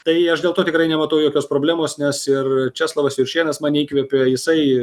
tai aš dėl to tikrai nematau jokios problemos nes ir česlovas juršėnas mane įkvėpė jisai